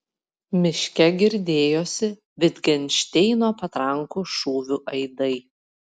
miške girdėjosi vitgenšteino patrankų šūvių aidai